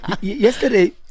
Yesterday